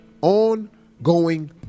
ongoing